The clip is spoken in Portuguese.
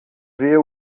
ver